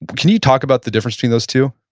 can you talk about the difference between those two?